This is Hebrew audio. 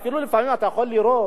לפעמים אתה אפילו יכול לראות,